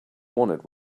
wanted